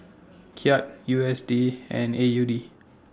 Kyat U S D and A U D